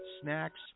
snacks